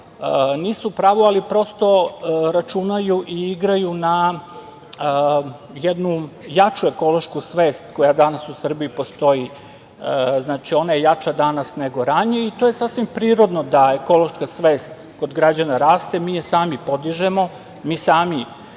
Nisu u pravu, ali prosto računaju i igraju na jednu jaču ekološku svest koja danas u Srbiji postoji. Znači, ona je jača danas nego ranije i to je sasvim prirodno da ekološka svest kod građana raste. Mi je sami podižemo. Mi sami